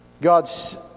God's